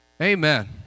Amen